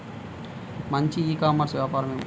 మంచి e commerce వ్యాపారం ఏమిటీ?